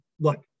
look